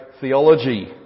theology